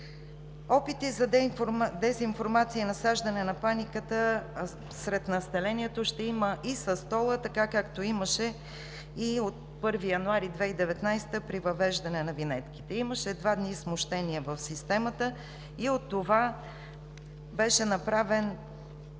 Опити за дезинформация и насаждане на паника сред населението ще има и с тол-а, както имаше и от 1 януари 2019 г. при въвеждане на винетките. Имаше два дни смущения в системата и от това беше направен